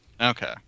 okay